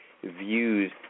views